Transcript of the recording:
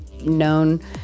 known